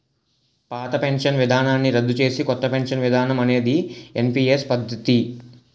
పాత పెన్షన్ విధానాన్ని రద్దు చేసి కొత్త పెన్షన్ విధానం అనేది ఎన్పీఎస్ పద్ధతి